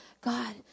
God